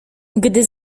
gdy